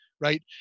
right